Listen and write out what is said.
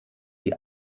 die